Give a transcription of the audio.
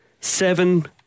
Seven